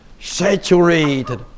saturated